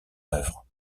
œuvre